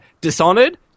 Dishonored